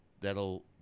that'll